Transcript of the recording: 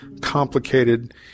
complicated